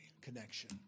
connection